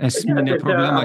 esminė problema